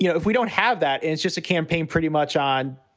you know if we don't have that, it's just a campaign pretty much on,